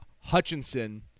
Hutchinson